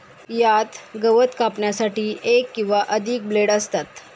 यात गवत कापण्यासाठी एक किंवा अधिक ब्लेड असतात